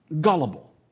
gullible